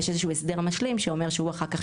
יש איזשהו הסדר משלים שאומר שהוא אחר כך